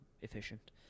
efficient